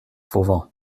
fauvent